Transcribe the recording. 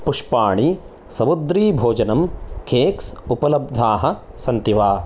पुष्पाणि समुद्रीभोजनम् केक्स् उपलब्धाः सन्ति वा